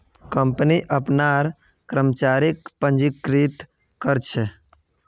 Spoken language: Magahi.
कंपनी अपनार कर्मचारीक पंजीकृत कर छे